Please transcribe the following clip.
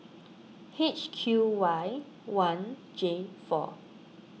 H Q Y one J four